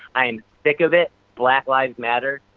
i am sick of it, black lives matter,